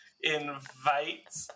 invite